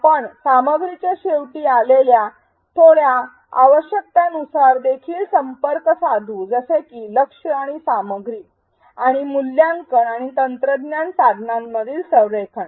आपण सामग्रीच्या शेवटी आलेल्या थोड्या आवश्यकतांवर देखील संपर्क साधू जसे की लक्ष्य आणि सामग्री आणि मूल्यांकन आणि तंत्रज्ञान साधनांमधील संरेखन